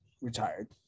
retired